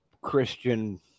Christian